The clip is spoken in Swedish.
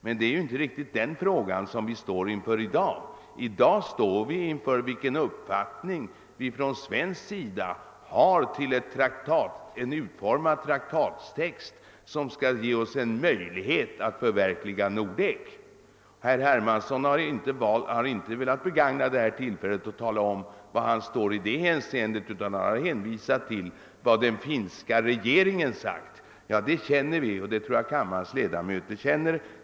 Men det är inte riktigt den frågan vi står inför i dag, utan det är vilken uppfattning vi från svensk sida har till en utformad traktattext, som skall ge oss en möjlighet att förverkliga Nordek. Herr Hermansson har inte velat begagna detta tillfälle till att förklara var han står i det hänseendet, utan har hänvisat till vad den finska regeringen sagt. Det tror jag att kammarens ledamöter känner till.